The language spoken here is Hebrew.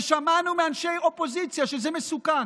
ושמענו מאנשי אופוזיציה שזה מסוכן,